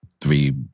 three